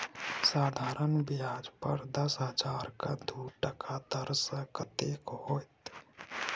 साधारण ब्याज पर दस हजारक दू टका दर सँ कतेक होएत?